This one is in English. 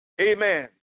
Amen